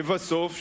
לבסוף,